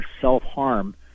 self-harm